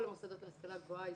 כל המוסדות להשכלה גבוהה,